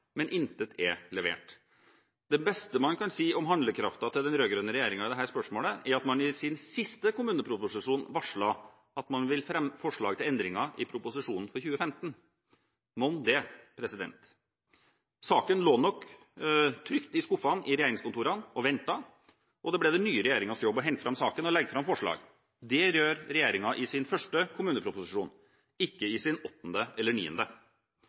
men intet er levert. Det beste man kan si om handlekraften til den rød-grønne regjeringen i dette spørsmålet, er at man i sin siste kommuneproposisjon varslet at man ville fremme forslag til endringer i proposisjonen for 2015. Mon det. Saken lå nok trygt i skuffene i regjeringskontorene og ventet, og det ble den nye regjeringens jobb å hente fram saken og legge fram forslag. Det gjør regjeringen i sin første kommuneproposisjon – ikke i sin åttende eller niende.